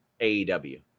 AEW